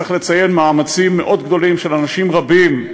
צריך לציין מאמצים מאוד גדולים של אנשים רבים,